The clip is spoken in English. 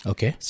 Okay